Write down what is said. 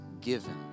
given